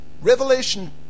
Revelation